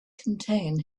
contain